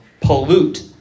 pollute